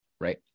Right